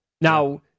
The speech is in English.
Now